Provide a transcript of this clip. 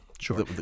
Sure